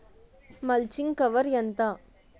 Mulching cover ఎంత?